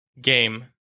game